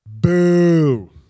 Boo